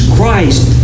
Christ